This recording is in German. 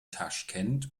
taschkent